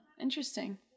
interesting